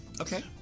okay